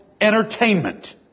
entertainment